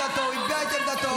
גלעד קריב, קריאה שלישית.